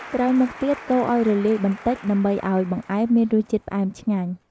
ក្រោយមកទៀត កូរឱ្យរលាយបន្តិច ដើម្បីឱ្យបង្អែមមានរសជាតិផ្អែមឆ្ងាញ់។